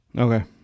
okay